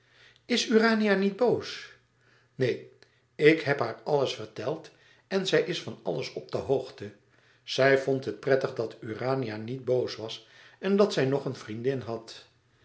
is urania niet boos neen ik heb haar alles verteld en zij is van alles op de hoogte zij vond het prettig dat urania niet boos was dat zij nog een vriendin had